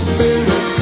Spirit